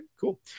cool